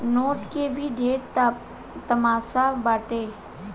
note के भी ढेरे तमासा बाटे